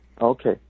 Okay